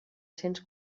cents